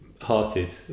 hearted